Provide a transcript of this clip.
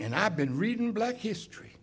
and i've been reading black history